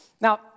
Now